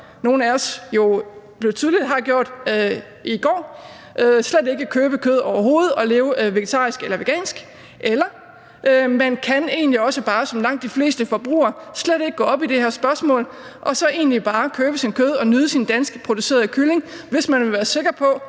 nogle af os jo gør, slet ikke købe kød overhovedet og leve vegetarisk eller vegansk, eller man kan egentlig også bare, som langt de fleste forbrugere, slet ikke gå op i det her spørgsmål og så egentlig bare købe kød og nyde sin danskproducerede kylling: Hvis man vil være sikker på,